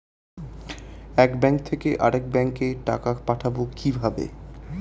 এক ব্যাংক থেকে আরেক ব্যাংকে টাকা পাঠাবো কিভাবে?